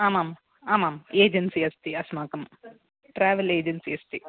आमाम् आमाम् एजेन्सि अस्ति अस्माकं ट्रेवेल् एजेन्सि अस्ति